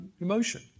emotion